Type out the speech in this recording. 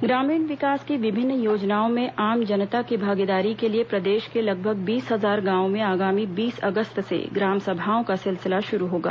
सभा ग्रामीण विकास की विभिन्न योजनाओं में आम जनता की भागीदारी के लिए प्रदेश के लगभग बीस हजार गांवों में आगामी बीस अगस्त से ग्राम सभाओं का सिलसिला शुरू होगा